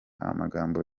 amagambo